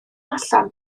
allan